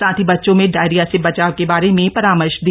साथ ही बच्चों में डायरिया से बचाव के बारे में रामर्श दिया